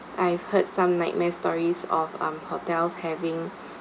I've heard some nightmare stories of um hotels having